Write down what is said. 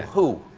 who?